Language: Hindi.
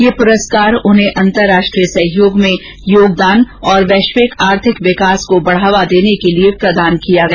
यह पुरस्कार उन्हें अंतर्राष्ट्रीय सहयोग में योगदान और वैश्विक आर्थिक विकास को बढ़ावा देने के लिए प्रदान किया गया